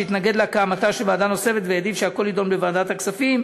שהתנגד להקמתה של ועדה נוספת והעדיף שהכול יידון בוועדת הכספים,